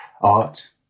art